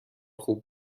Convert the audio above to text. خوب